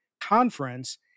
Conference